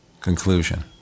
conclusion